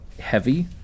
heavy